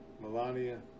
Melania